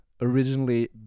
originally